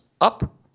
up